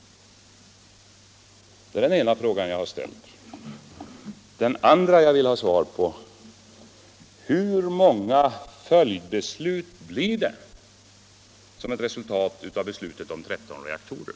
En annan fråga som jag vill ha svar på är denna: Hur många följdbeslut blir det som ett resultat av beslutet om 13 reaktorer?